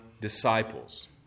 disciples